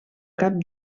cap